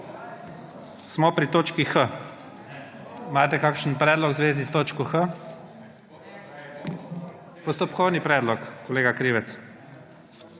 Smo pri točki h. Imate kakšen predlog v zvezi s točko h? Postopkovni predlog, kolega Krivec.